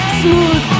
smooth